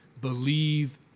believe